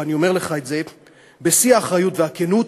ואני אומר לך את זה בשיא האחריות והכנות,